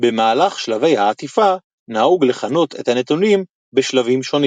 במהלך שלבי העטיפה נהוג לכנות את הנתונים בשלבים שונים